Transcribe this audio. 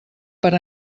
per